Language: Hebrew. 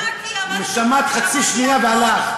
-- בראותם את ברלין כארץ ציון שלהם